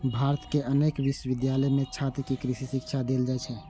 भारतक अनेक विश्वविद्यालय मे छात्र कें कृषि शिक्षा देल जाइ छै